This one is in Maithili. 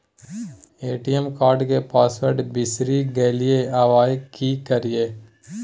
ए.टी.एम कार्ड के पासवर्ड बिसरि गेलियै आबय की करियै?